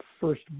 first